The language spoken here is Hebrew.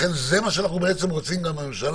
לכן זה מה שאנחנו בעצם רוצים מהממשלה,